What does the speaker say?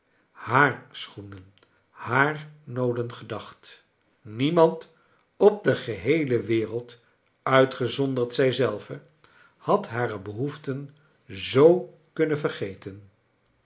haar schoenen haar nooden gedacht niemand op de geheele wereld uitgezonderd zij zelve had hare behoeften zoo kunnen vergeten